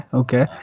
okay